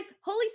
holy